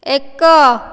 ଏକ